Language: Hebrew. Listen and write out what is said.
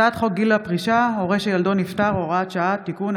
הצעת חוק גיל הפרישה (הורה שילדו נפטר) (הוראת שעה) (תיקון),